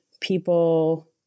people